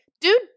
Dude